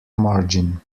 margin